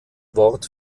wort